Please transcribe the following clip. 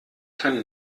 kann